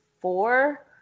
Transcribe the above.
four